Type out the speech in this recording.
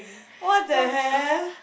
!what-the-hell!